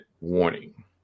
warning